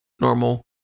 normal